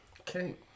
Okay